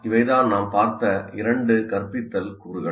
இவை தான் நாம் பார்த்த இரண்டு கற்பித்தல் கூறுகள்